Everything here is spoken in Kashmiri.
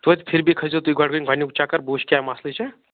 توتہِ پھربی کھٔسۍزیٚو تُہۍ گۄڈٕ وۅنۍ گۄڈنیُک چکر بہٕ وُچھٕ کیٛاہ مسلہٕ چھِ